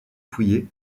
fouillé